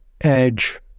Edge